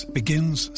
begins